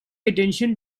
attention